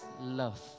love